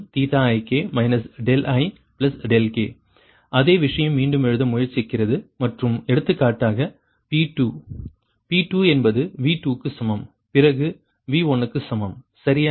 dPidk ViVkYiksin ik ik அதே விஷயம் மீண்டும் எழுத முயற்சிக்கிறது மற்றும் எடுத்துக்காட்டாக P2 P2 என்பது V2 க்கு சமம் பிறகு V1 க்கு சமம் சரியா